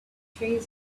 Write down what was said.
treasure